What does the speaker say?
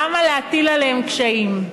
למה להטיל עליהם קשיים?